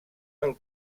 del